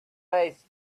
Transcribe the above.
ice